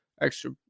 extra